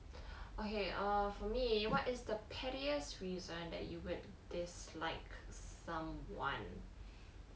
okay err for me what is the pettiest reason that you would dislike someone